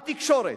התקשורת.